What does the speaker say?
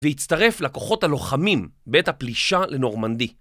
והצטרף לכוחות הלוחמים בעת הפלישה לנורמנדי.